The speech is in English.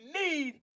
need